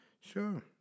Sure